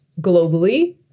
globally